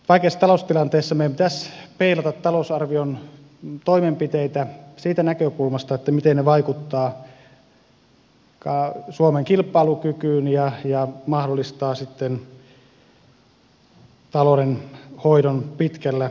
vaikeassa taloustilanteessa meidän pitäisi peilata talousarvion toimenpiteitä siitä näkökulmasta miten ne vaikuttavat suomen kilpailukykyyn ja mahdollistavat sitten taloudenhoidon pitkällä tähtäimellä